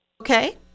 Okay